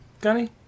gunny